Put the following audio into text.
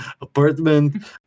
apartment